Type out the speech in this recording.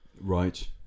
Right